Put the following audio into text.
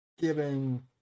giving